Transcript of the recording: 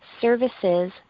services